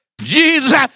Jesus